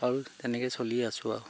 আৰু তেনেকৈয়ে চলি আছো আৰু